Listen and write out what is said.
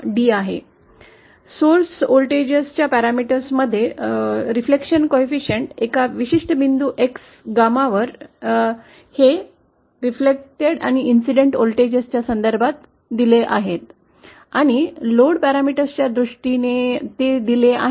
स्त्रोत व्होल्टेजेस परावर्तित आणि घटना व्होल्टेजच्या संदर्भात एका विशिष्ट बिंदू X वर gamma हे दिले आहेत आणि लोड पॅरामीटर्सच्या दृष्टीने ते दिले आहे